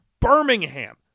Birmingham